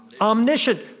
omniscient